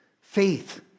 Faith